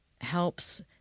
helps